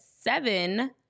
seven